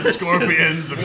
scorpions